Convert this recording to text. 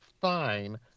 fine